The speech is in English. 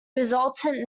resultant